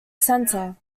center